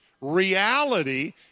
Reality